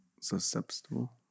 Susceptible